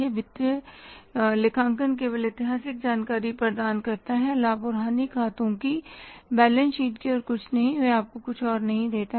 वित्तीय लेखांकन केवल ऐतिहासिक जानकारी प्रदान करता है लाभ और हानि खातों की बैलेंस शीट की और कुछ नहीं यह आपको और कुछ नहीं देता है